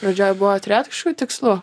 pradžioj buvo turėjot kažkokių tikslų